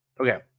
Okay